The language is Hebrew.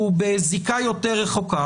מרכז חייו במדינת ישראל,